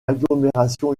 agglomération